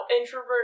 Introvert